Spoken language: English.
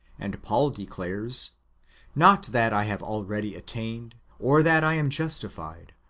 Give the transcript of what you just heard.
and paul declares not that i have already attained, or that i am justified,